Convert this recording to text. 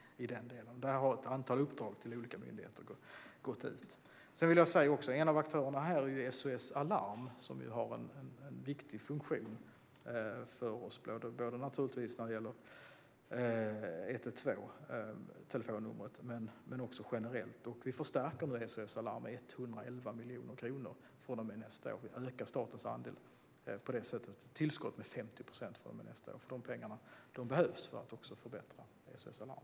Det har gått ut ett antal uppdrag till olika myndigheter. En av aktörerna här är SOS Alarm som ju har en viktig funktion för oss när det gäller både telefonnumret 112 och generellt. Vi förstärker SOS Alarm med 111 miljoner kronor från och med nästa år. I och med det tillskottet har vi ökat statens andel med 50 procent för nästa år. De pengarna behövs för att förbättra också SOS Alarm.